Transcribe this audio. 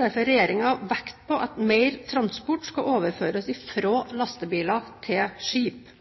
derfor regjeringen vekt på at mer transport skal overføres fra lastebiler til skip.